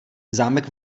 zámek